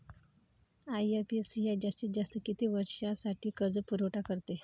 IFCI जास्तीत जास्त किती वर्षासाठी कर्जपुरवठा करते?